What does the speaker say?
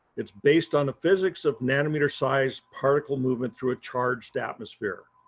it's based on the physics of nanometer size particle movement through a charged atmosphere.